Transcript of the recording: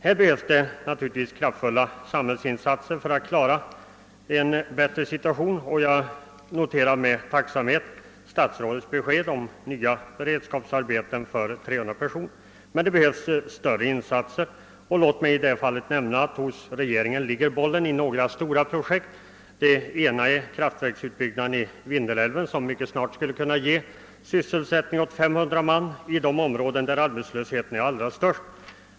Här behövs naturligtvis kraftfulla samhällsinsatser för att skapa en bättre situation. Jag noterar med tacksamhet statsrådets besked om nya beredskapsarbeten för 300 personer, men det krävs större insatser. Låt mig påpeka att bollen ligger hos regeringen när det gäller några stora projekt. Det ena är kraftverksutbyggnaden i Vindelälven, som mycket snart skulle kunna ge sysselsättning åt 500 man i de områden där arbetslösheten är allra störst.